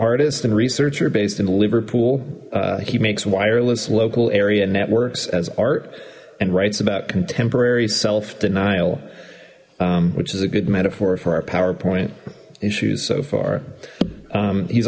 artist and researcher based in liverpool he makes wireless local area networks as art and writes about contemporary self denial which is a good metaphor for our power point issues so far he's